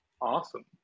awesome